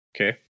okay